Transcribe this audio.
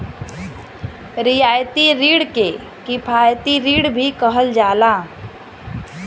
रियायती रिण के किफायती रिण भी कहल जाला